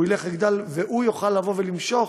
והוא ילך ויגדל, והוא יוכל למשוך